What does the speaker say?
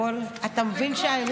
מכיוון שהקשבת לי לכול,